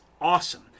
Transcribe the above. awesome